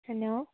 hello